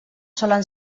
solen